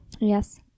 Yes